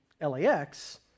LAX